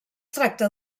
tracta